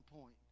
point